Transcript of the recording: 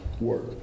work